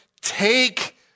Take